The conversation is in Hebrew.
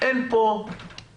אין פה מלחמות.